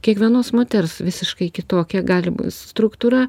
kiekvienos moters visiškai kitokia gali būt struktūra